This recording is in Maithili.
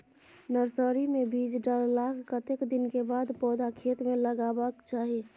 नर्सरी मे बीज डाललाक कतेक दिन के बाद पौधा खेत मे लगाबैक चाही?